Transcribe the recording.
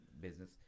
business